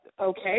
okay